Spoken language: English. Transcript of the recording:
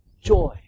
Joy